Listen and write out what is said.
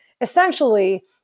Essentially